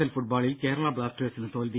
L ഫുട്ബോളിൽ കേരളാ ബ്ലാസ്റ്റേഴ്സിന് തോൽവി